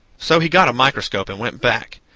so he got a microscope and went back.